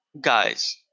Guys